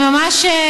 זה ממש,